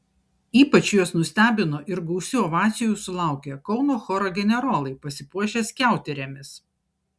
ypač juos nustebino ir gausių ovacijų sulaukė kauno choro generolai pasipuošę skiauterėmis